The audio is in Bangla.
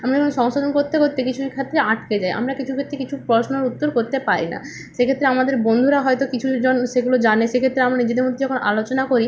আমরা যখন সংশোধন করতে করতে কিছু ক্ষেত্রে আটকে যাই আমরা কিছু ক্ষেত্রে কিছু পড়াশোনার উত্তর করতে পারি না সেক্ষেত্রে আমাদের বন্ধুরা হয়তো কিছুজন সেগুলো জানে সেক্ষেত্রে আমরা নিজেদের মধ্যে যখন আলোচনা করি